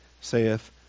saith